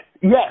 Yes